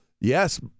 yes